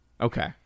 okay